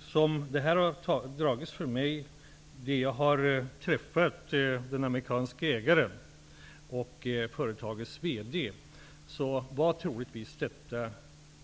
Som ärendet har dragits för mig, och jag har träffat företagets amerikanske ägare och VD, var troligtvis detta